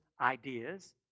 ideas